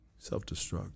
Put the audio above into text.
Self-destruct